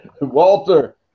Walter